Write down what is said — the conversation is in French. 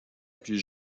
plus